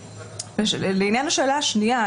לעניין השאלה השנייה,